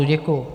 Děkuju.